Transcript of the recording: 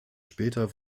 später